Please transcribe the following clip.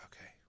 okay